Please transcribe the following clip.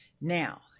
now